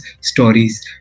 stories